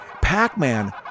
Pac-Man